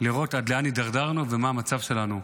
לראות עד לאן הידרדרנו ומה המצב שלנו.